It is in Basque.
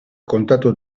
kontatu